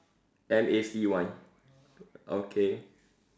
M A C Y okay